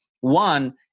One